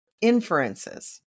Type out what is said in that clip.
inferences